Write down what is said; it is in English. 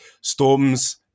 Storm's